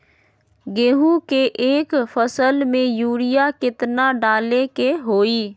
गेंहू के एक फसल में यूरिया केतना डाले के होई?